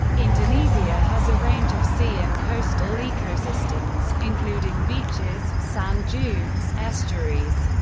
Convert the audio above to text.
indonesia has a range of sea and coastal ecosystems, including beaches, sand dunes, estuaries,